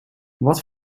wat